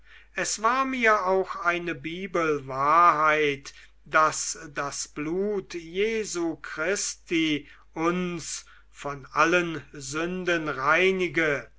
es war mir auch eine bibelwahrheit daß das blut jesu christi uns von allen sünden reinige